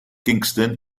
kingston